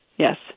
Yes